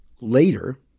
later